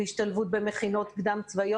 בהשתלבות במכינות קדם צבאיות.